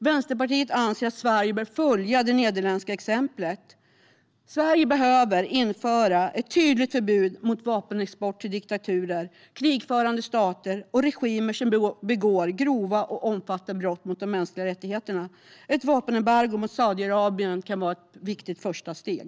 Vänsterpartiet anser att Sverige bör följa det nederländska exemplet. Sverige behöver införa ett tydligt förbud mot vapenexport till diktaturer, krigförande stater och regimer som begår grova och omfattande brott mot de mänskliga rättigheterna. Ett vapenembargo mot Saudiarabien kan vara ett viktigt första steg.